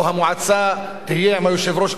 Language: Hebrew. או המועצה תהיה עם היושב-ראש,